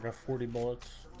ah forty books